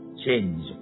Change